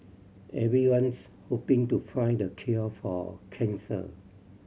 everyone's hoping to find the cure for cancer